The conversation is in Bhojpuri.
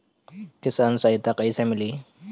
किसान सहायता कईसे मिली?